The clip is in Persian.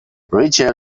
ریچل